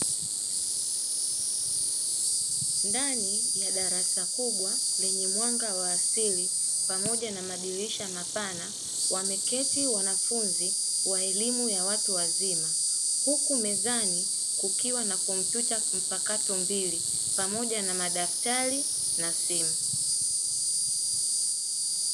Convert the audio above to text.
Ndani ya darasa kubwa lenye mwanga wa asili pamoja na madirisha mapana wameketi wanafunzi wa elimu ya watu wazima, huku mezani kukiwa na kompyuta mpakato mbili pamoja na madaftari na simu.